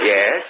Yes